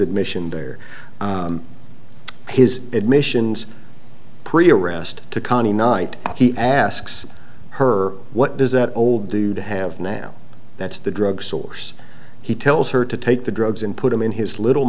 admission there his admissions pre arrest to conny night he asks her what does that old dude have now that's the drug source he tells her to take the drugs and put them in his little